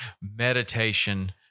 meditation